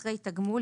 אחרי "תגמול",